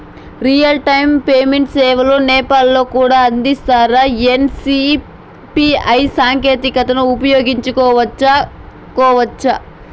Real time payment సేవలు నేపాల్ లో కూడా అందిస్తారా? ఎన్.సి.పి.ఐ సాంకేతికతను ఉపయోగించుకోవచ్చా కోవచ్చా?